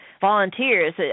volunteers